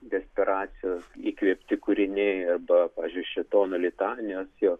desperacijos įkvėpti kūriniai arbapavyzdžiui šėtono litanijos jo